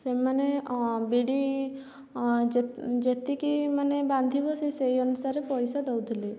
ସେମାନେ ବିଡ଼ି ଯେ ଯେତିକି ମାନେ ବାନ୍ଧିବ ସେ ସେଇ ଅନୁସାରେ ପଇସା ଦେଉଥିଲେ